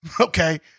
okay